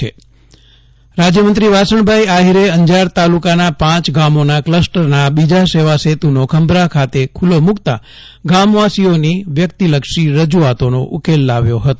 જયદીપ વૈશ્નવ અંજાર સેવાસેતુ રાજ્યમંત્રી વાસણભાઇ આહીરે અંજાર તાલુ કાના પાંચ ગામોના કલસ્ટરના બીજા સેવા સેતુ ને ખંભરા ખાતે ખુ લ્લો મુ કતાં ગામવાસીઓની વ્યક્તિલક્ષી રજૂઆતોનો ઉકેલ લાવ્યો હતો